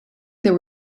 there